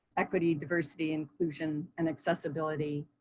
equity, diversity, inclusion, and accessibility,